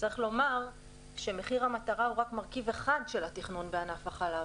צריך לומר שמחיר המטרה הוא רק מרכיב אחד של התכנון בענף החלב.